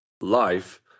life